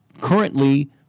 currently